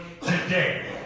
today